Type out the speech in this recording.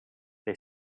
they